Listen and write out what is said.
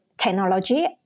technology